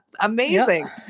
Amazing